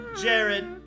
Jared